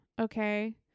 Okay